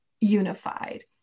unified